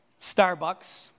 Starbucks